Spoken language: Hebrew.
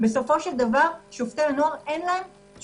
בסופו של דבר, לשופטי הנוער אין תשובות.